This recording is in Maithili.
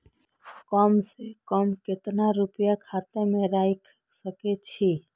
कम से कम केतना रूपया खाता में राइख सके छी?